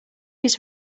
his